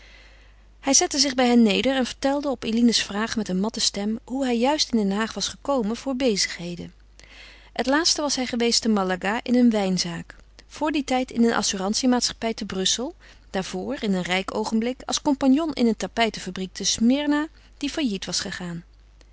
hij zette zich bij hen neder en vertelde op eline's vraag met een matte stem hoe hij juist in den haag was gekomen voor bezigheden het laatste was hij geweest te malaga in een wijnzaak vr dien tijd in een assurantiemaatschappij te brussel daarvr in een rijk oogenblik als compagnon in een tapijtenfabriek te smyrna die failliet was gegaan